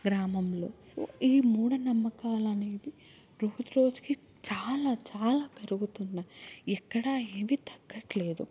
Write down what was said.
గ్రామంలో సో ఈ మూఢనమ్మకాలనేవి రోజు రోజుకి చాలా చాలా పెరుగుతున్నాయి ఎక్కడ ఏవి తగ్గట్లేదు